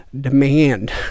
demand